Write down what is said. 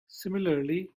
similarly